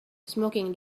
smoking